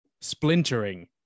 splintering